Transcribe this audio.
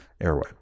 airway